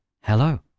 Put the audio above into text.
hello